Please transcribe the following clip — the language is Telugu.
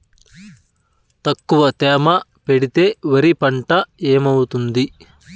తక్కువ తేమ పెడితే వరి పంట ఏమవుతుంది